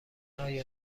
آیا